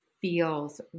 feels